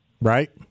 Right